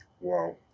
Wow